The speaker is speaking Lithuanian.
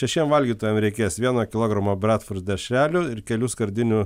šešiem valgytojam reikės vieno kilogramo bratwurst dešrelių ir kelių skardinių